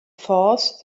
force